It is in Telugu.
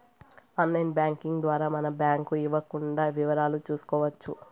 ఆన్లైన్ బ్యాంకింగ్ ద్వారా మనం బ్యాంకు ఇవ్వకుండా వివరాలు చూసుకోవచ్చు